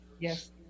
Yes